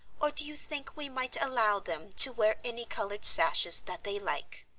or do you think we might allow them to wear any coloured sashes that they like?